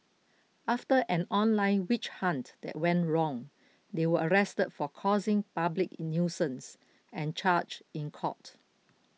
after an online witch hunt that went wrong they were arrested for causing public nuisance and charged in court